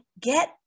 get